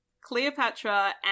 Cleopatra